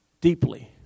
deeply